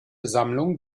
sammlung